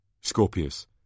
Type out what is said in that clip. Scorpius